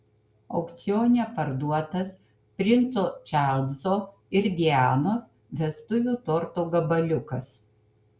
aukcione parduotas princo čarlzo ir dianos vestuvių torto gabaliukas